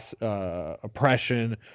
oppression